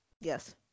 Yes